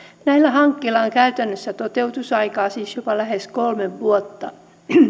näillä hankkeilla on käytännössä toteutusaikaa siis jopa lähes kolme vuotta